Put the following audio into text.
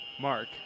Mark